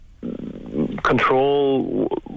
control